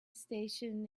station